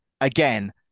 Again